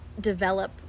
develop